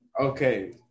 Okay